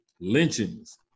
Lynchings